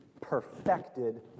perfected